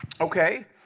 Okay